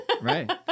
Right